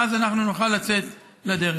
ואז אנחנו נוכל לצאת לדרך.